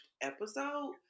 episode